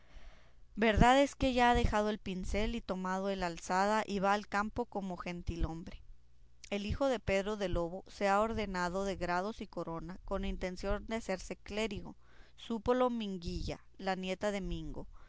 verdad es que ya ha dejado el pincel y tomado el azada y va al campo como gentilhombre el hijo de pedro de lobo se ha ordenado de grados y corona con intención de hacerse clérigo súpolo minguilla la nieta de mingo